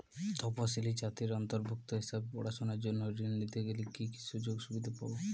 তফসিলি জাতির অন্তর্ভুক্ত হিসাবে পড়াশুনার জন্য ঋণ নিতে গেলে কী কী সুযোগ সুবিধে পাব?